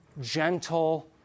gentle